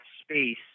space